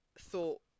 thought